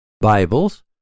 Bibles